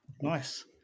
nice